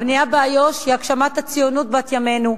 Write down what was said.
הבנייה באיו"ש היא הגשמת הציונות בת-ימינו,